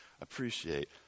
appreciate